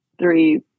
three